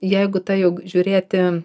jeigu ta jog žiūrėti